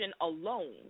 alone